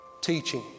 teaching